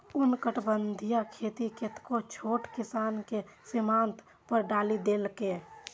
उष्णकटिबंधीय खेती कतेको छोट किसान कें सीमांत पर डालि देलकै